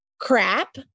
crap